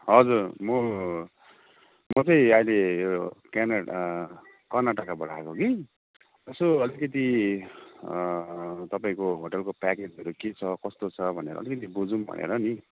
हजुर म म चाहिँ अहिले यो केने कर्नाटाकाबाट आएको कि यसो अलिकति तपाईँको होटलको पेकेजहरू के छ कस्तो छ भनेर अलिकति बुझौँ भनेर नि